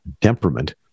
temperament